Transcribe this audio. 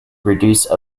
produce